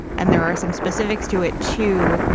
and there are some specifics to it, too,